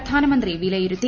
പ്രധാനമന്ത്രി വിലയിരുത്തി